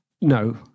No